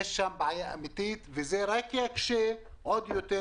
יש שם בעיה אמיתית וזה רק יקשה עוד יותר